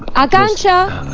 akansha